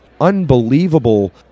unbelievable